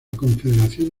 confederación